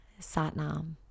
Satnam